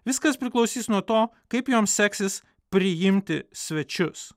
viskas priklausys nuo to kaip joms seksis priimti svečius